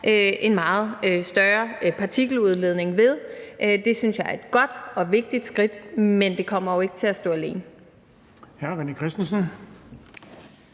en meget større partikeludledning fra. Det synes jeg er et godt og vigtigt skridt, men det kommer jo ikke til at stå alene.